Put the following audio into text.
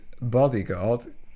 bodyguard